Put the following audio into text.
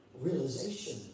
realization